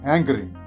Angry